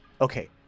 okay